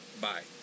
bye